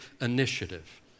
initiative